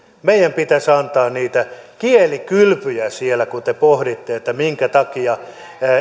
meidän pitäisi antaa niitä kielikylpyjä siellä kun te pohditte minkä takia